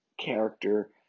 character